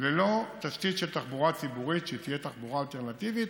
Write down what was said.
ללא תשתית של תחבורה ציבורית שתהיה תחבורה אלטרנטיבית,